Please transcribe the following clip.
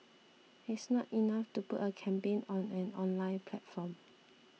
it's not enough to put a campaign on an online platform